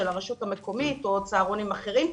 של הרשות המקומית או צהרונים אחרים.